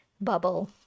bubble